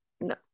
no